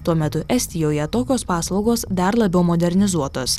tuo metu estijoje tokios paslaugos dar labiau modernizuotos